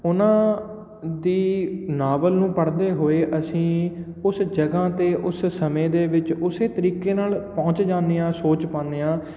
ਉਹਨਾਂ ਦੀ ਨਾਵਲ ਨੂੰ ਪੜ੍ਹਦੇ ਹੋਏ ਅਸੀਂ ਉਸ ਜਗ੍ਹਾ 'ਤੇ ਉਸ ਸਮੇਂ ਦੇ ਵਿੱਚ ਉਸੇ ਤਰੀਕੇ ਨਾਲ਼ ਪਹੁੰਚ ਜਾਂਦੇ ਹਾਂ ਸੋਚ ਪਾਉਂਦੇ ਹਾਂ